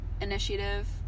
initiative